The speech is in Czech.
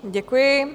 Děkuji.